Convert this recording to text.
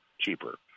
cheaper